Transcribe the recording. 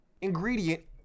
ingredient